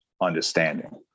understanding